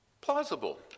Plausible